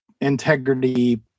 integrity